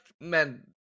man